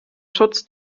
schutz